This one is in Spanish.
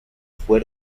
fue